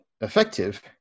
effective